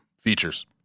features